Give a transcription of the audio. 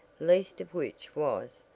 least of which was,